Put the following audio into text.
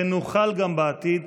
ונוכל גם בעתיד,